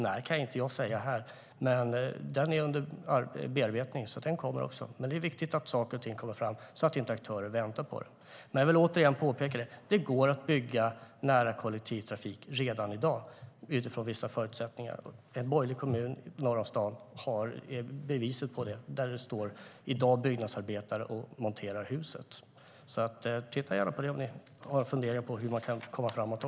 Jag kan inte säga när, men den är under bearbetning och kommer. Det är viktigt att den kommer så att aktörer inte behöver vänta.